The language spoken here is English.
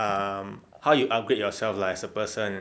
um how you upgrade yourself lah as a person